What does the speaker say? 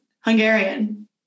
Hungarian